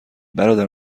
برادر